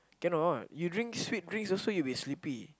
cannot you drink sweet drinks also you'll be sleepy